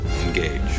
Engage